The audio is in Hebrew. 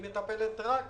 היא מטפלת רק בפארק.